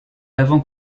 avant